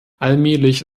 allmählich